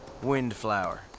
Windflower